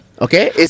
Okay